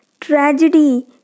Tragedy